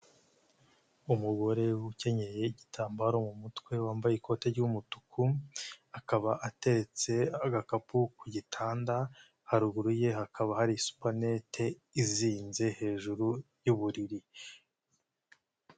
Umugore ukenyeye igitambaro mu mutwe wambaye ikote ry'umutuku, akaba ateretse agakapu ku gitanda, haruguru ye hakaba hari supanete izinze hejuru y'uburiri.